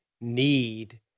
need